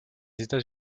états